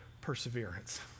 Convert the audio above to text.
perseverance